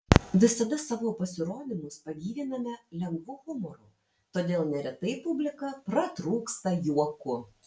visada savo pasirodymus pagyviname lengvu humoru todėl neretai publika pratrūksta juoku